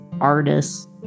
artists